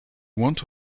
want